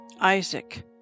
Isaac